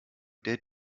der